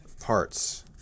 Parts